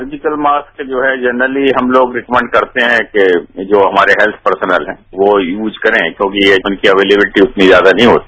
surgical mask जो है generally हम लोग रिकमंड करते हैं कि जो हमारे हैत्थ पर्सनल हैं वो यूज करें क्योंकि इनकी अवेलेबिलिटी उतनी ज्यादा नहीं होती